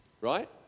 Right